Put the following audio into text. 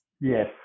Yes